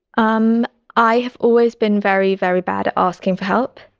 um i have always been very, very bad at asking for help.